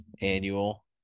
annual